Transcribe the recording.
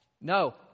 No